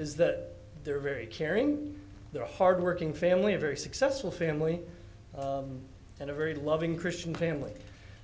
is that they're very caring they're hardworking family a very successful family and a very loving christian family